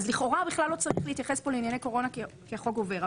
אז לכאורה בכלל לא צריך להתייחס פה לענייני קורונה כי החוק עובר.